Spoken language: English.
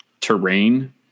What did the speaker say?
terrain